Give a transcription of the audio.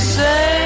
say